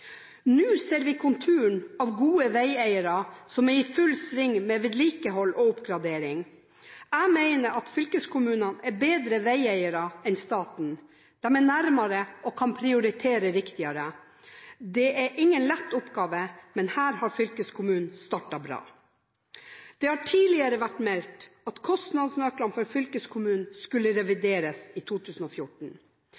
Nå ser vi konturene av gode vegeiere, som er i full sving med vedlikehold og oppgradering. Jeg mener at fylkeskommunene er bedre vegeiere enn staten. De er nærmere, og kan prioritere riktigere. Det er ingen lett oppgave, men her har fylkeskommunene startet bra. Det har tidligere vært meldt at kostnadsnøklene for fylkeskommunene skulle